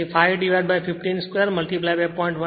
તેથી તે 5 15 2 0